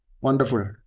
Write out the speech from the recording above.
Wonderful